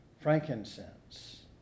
frankincense